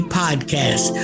podcast